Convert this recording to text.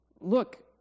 look